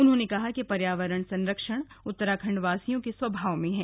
उन्होंने कहा कि पर्यावरण संरक्षण उत्तराखण्डवासियों के स्वभाव में है